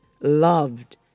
loved